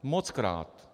Mockrát.